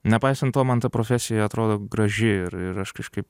nepaisant to man ta profesija atrodo graži ir ir aš kažkaip